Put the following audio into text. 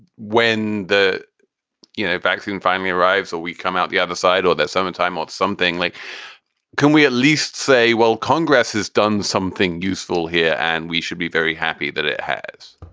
when the you know vaccine finally arrives or we come out the other side or that seven-time or something like can we at least say, well, congress has done something useful here and we should be very happy that it has?